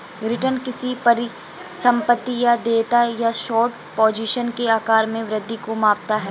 return किसी परिसंपत्ति या देयता या शॉर्ट पोजीशन के आकार में वृद्धि को मापता है